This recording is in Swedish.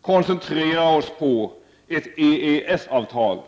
koncentrera oss på ett EES-avtal.